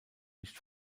nicht